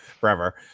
forever